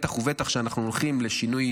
בטח ובטח כשאנחנו הולכים לשינוי